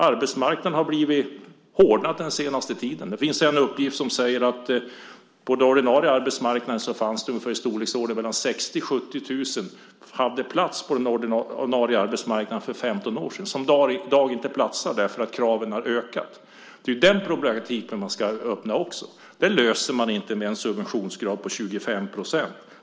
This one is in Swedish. Arbetsmarknaden har hårdnat den senaste tiden. Det finns en uppgift som säger att för 15 år sedan fanns det ungefär i storleksordningen 60 000-70 000 som hade plats på den ordinarie arbetsmarknaden som i dag inte platsar där därför att kraven har ökat. Det är den problematiken man ska öppna också. Den löser man inte med en subventionsgrad på 25 %.